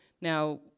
now